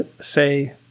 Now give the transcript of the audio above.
say